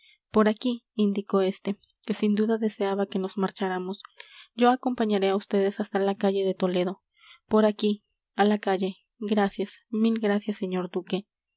por aquí indicó este que sin duda deseaba que nos marcháramos yo acompañaré a vds hasta la calle de toledo por aquí a la calle gracias mil gracias señor duque